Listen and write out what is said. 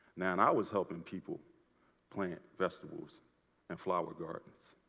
now and i was helping people plant vegetables and flower gardens.